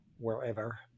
wherever